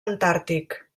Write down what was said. antàrtic